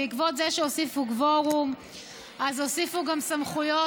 ובעקבות זה שהוסיפו קוורום אז הוסיפו גם סמכויות